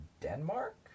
Denmark